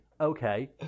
Okay